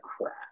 crap